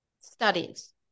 studies